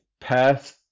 past